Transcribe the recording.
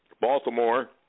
Baltimore